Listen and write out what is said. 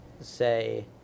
say